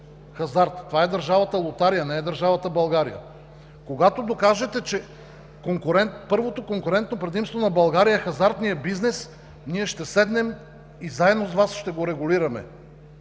хазарта?! Това е държавата Лотария, не е държавата България! Когато докажете, че първото конкурентно предимство на България е хазартният бизнес, ние ще седнем и заедно с Вас ще го регулираме,